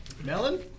Melon